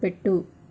పెట్టు